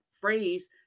phrase